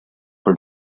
for